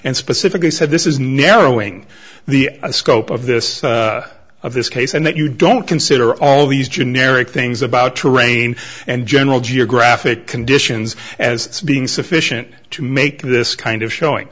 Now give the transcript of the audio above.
and specifically said this is narrowing the scope of this of this case and that you don't consider all these generic things about terrain and general geographic conditions as being sufficient to make this kind of showing